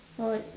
how would